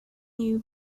you